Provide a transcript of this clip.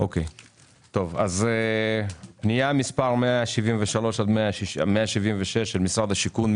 פנייה מספר 173 עד 176 של משרד השיכון.